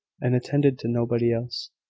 and attended to nobody else.